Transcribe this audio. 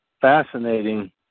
fascinating